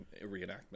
reenactment